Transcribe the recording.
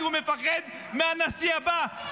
כי הוא מפחד מהנשיא הבא.